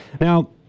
Now